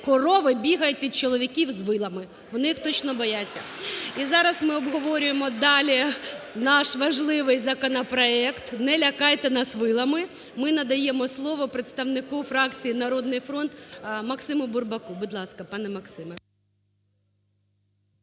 корови бігають від чоловіків з вилами, вони їх точно бояться. І зараз ми обговорюємо далі наш важливий законопроект. Не лякайте нас вилами. Ми надаємо слово представнику фракції "Народний фронт" Максиму Бурбаку. Будь ласка, пане Максиме.